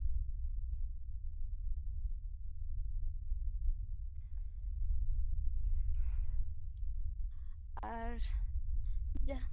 ᱟᱨ ᱴᱷᱤᱠᱜᱮᱭᱟ